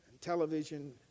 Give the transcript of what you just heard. television